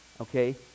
okay